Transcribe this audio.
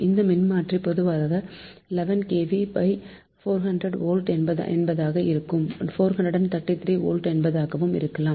இந்த மின்மாற்றி பொதுவாக 11 kV 400 volt என்பதாக இருக்கும் 433 வோல்ட் என்பதாகவும் இருக்கலாம்